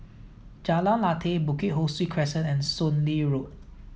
Jalan Lateh Bukit Ho Swee Crescent and Soon Lee Road